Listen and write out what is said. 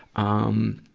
um,